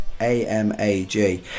AMAG